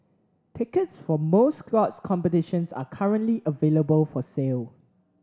tickets for most scores competitions are currently available for sale